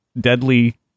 deadly